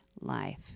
life